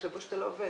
יחשבו שאתה לא עובד.